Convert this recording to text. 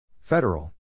Federal